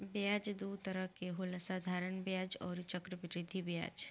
ब्याज दू तरह के होला साधारण ब्याज अउरी चक्रवृद्धि ब्याज